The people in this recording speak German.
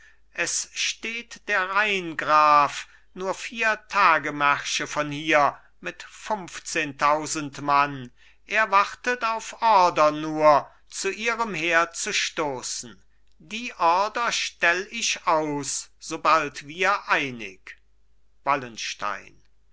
es steht der rheingraf nur vier tagesmärsche von hier mit funfzehntausend mann er wartet auf ordre nur zu ihrem heer zu stoßen die ordre stell ich aus sobald wir einig wallenstein